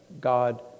God